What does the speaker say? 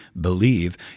believe